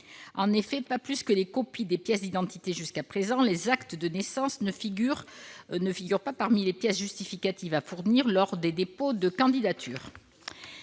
En effet, pas plus que les copies des pièces d'identité jusqu'à présent, les actes de naissance ne figurent parmi les pièces justificatives à fournir lors des dépôts de candidature.